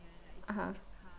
(uh huh)